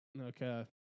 Okay